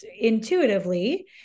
intuitively